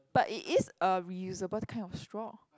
but it is a reusable kind of straw